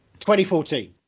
2014